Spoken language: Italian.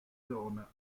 zona